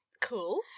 Cool